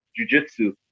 jujitsu